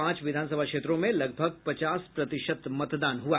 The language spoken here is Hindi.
पांच विधानसभा क्षेत्रों में लगभग पचास प्रतिशत मतदान हुआ